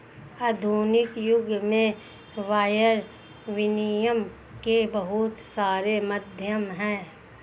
आधुनिक युग में वायर विनियम के बहुत सारे माध्यम हैं